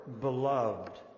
beloved